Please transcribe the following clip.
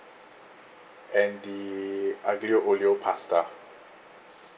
and the aglio olio pasta